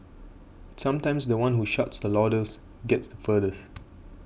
sometimes the one who shouts the loudest gets the furthest